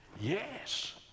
Yes